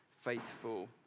faithful